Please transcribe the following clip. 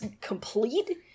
complete